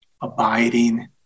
abiding